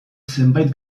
zenbait